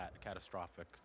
catastrophic